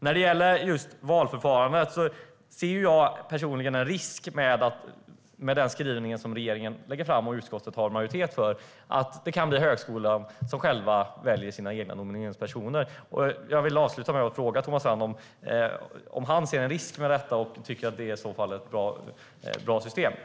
När det gäller valförfarandet ser jag personligen en risk med den skrivning som regeringen lägger fram och utskottet har majoritet för om att det kan bli högskolan som själv väljer sin egen nomineringsperson. Jag vill avsluta med att fråga Thomas Strand om han ser en risk med detta och om han tycker att det är ett bra system.